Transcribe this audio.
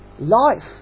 life